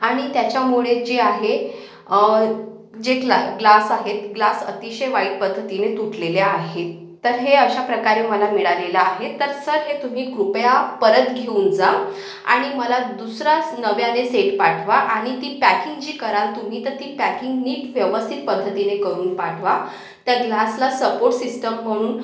आणि त्याच्यामुळे जे आहे जे ग्ला ग्लास आहेत ग्लास अतिशय वाईट पद्धतीने तुटलेले आहेत तर हे अशा प्रकारे मला मिळालेलं आहे तर सर हे तुम्ही कृपया परत घेऊन जा आणि मला दुसराच नव्याने सेट पाठवा आणि ती पॅकिंग जी कराल तुम्ही तर ती पॅकिंग नीट व्यवस्थित पद्धतीने करून पाठवा तर ग्लासला सपोर्ट सिस्टम म्हणून